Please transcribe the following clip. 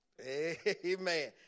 Amen